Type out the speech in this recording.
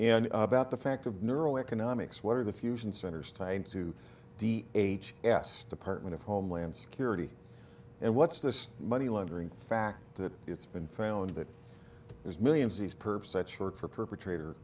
and about the fact of neural economics what are the fusion centers tied to d h s department of homeland security and what's this money laundering fact that it's been found that there's millions of these perp sites for perpetrator